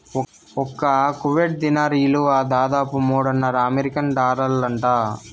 ఒక్క Kuwait dinar ఇలువ దాదాపు మూడున్నర అమెరికన్ డాలర్లంట